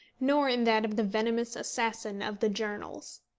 nor in that of the venomous assassin of the journals.